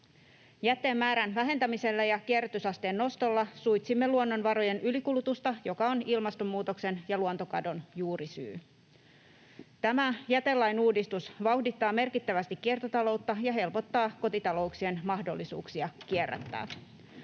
Jätteen määrän vähentämisellä ja kierrätysasteen nostolla suitsimme luonnonvarojen ylikulutusta, joka on ilmastonmuutoksen ja luontokadon juurisyy. Tämä jätelain uudistus vauhdittaa merkittävästi kiertotaloutta ja helpottaa kotitalouksien mahdollisuuksia kierrättää.